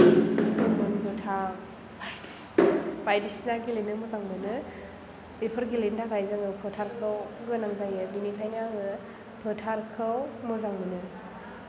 जोङो गोमोन गोथां बायदिसिना गेलेनो मोजां मोनो बेफोर गेलेनो थाखाय जोङो फोथारखौ गोनां जायो बेनिखायनो आङो फोथारखौ मोजां मोनो